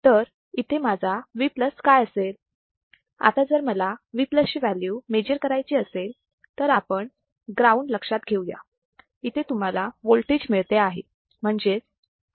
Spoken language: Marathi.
आता जर मला V ची व्हॅल्यू मेजर करायची असेल तर आपण ग्राउंड लक्षात घेऊया इथे तुम्हाला वोल्टेज मिळत आहे